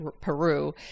Peru